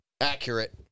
Accurate